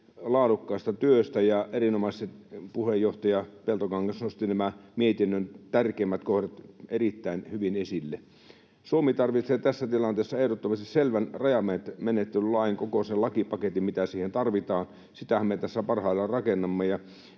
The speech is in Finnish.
laadukkaasta työstä. Puheenjohtaja Peltokangas nosti mietinnön tärkeimmät kohdat erittäin hyvin esille. Suomi tarvitsee tässä tilanteessa ehdottomasti selvän rajamenettelylain, koko sen lakipaketin, mitä siihen tarvitaan. Sitähän me tässä parhaillaan rakennamme.